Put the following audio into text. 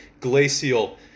glacial